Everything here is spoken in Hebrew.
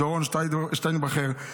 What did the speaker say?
דורון שטיינברכר,